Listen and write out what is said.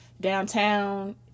downtown